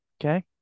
Okay